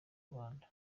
rwanda